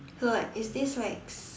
so like it's this s~